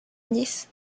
nice